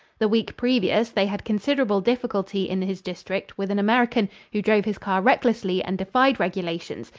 the week previous they had considerable difficulty in his district with an american who drove his car recklessly and defied regulations,